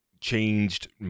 changed